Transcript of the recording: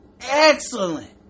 excellent